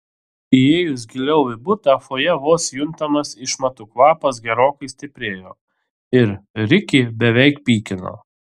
įėjus giliau į butą fojė vos juntamas išmatų kvapas gerokai stiprėjo ir rikį beveik pykino